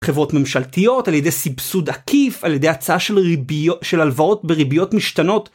חברות ממשלתיות, על ידי סבסוד עקיף, על ידי הצעה של ריביו.. של הלוואות בריביות משתנות